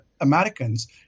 Americans